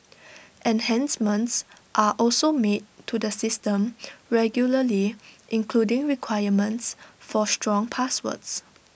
enhancements are also made to the system regularly including requirements for strong passwords